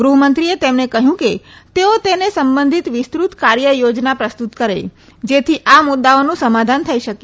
ગૃહ્મંત્રીએ તેમને કહ્યું કે તેઓ તેને સંબંધિત વિસ્તૃત કાર્ય યોજના પ્રસ્તુત કરે જેથી આ મુદ્દાઓનું સમાધાન થઈ શકે